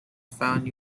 found